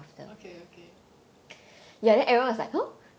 okay okay